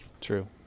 True